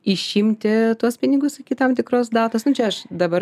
išimti tuos pinigus iki tam tikros datos nu čia aš dabar